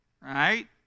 Right